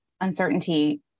uncertainty